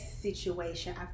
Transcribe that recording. situation